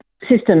System